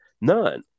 None